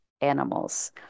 animals